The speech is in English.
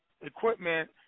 equipment